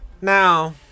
Now